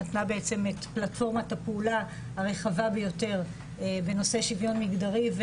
נתנה בעצם את פלטפורמת הפעולה הרחבה ביותר בנושא שוויון מגדרי,